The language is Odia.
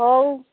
ହଉ